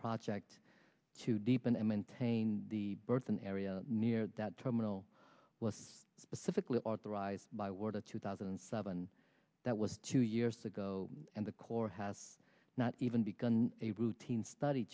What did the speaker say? project to deepen and maintain the burthen area near that terminal was specifically authorized by word of two thousand and seven that was two years ago and the corps has not even begun a routine study